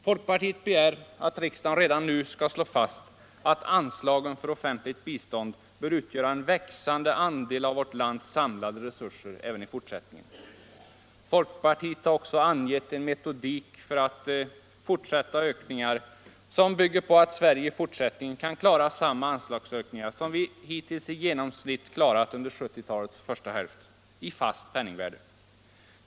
Folkpartiet begär att riksdagen redan nu skall slå fast, att anslagen för offentligt bistånd bör utgöra en växande andel av vårt lands samlade resurser även i fortsättningen. Folkpartiet har också angivit en metodik för fortsatta ökningar, som bygger på att Sverige i fortsättningen kan klara samma anslagsökningar som vi i genomsnitt har klarat under halva 1970-talet i fast penningvärde.